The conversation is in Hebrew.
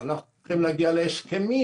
אנחנו צריכים להגיע להסכמים,